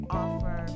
offer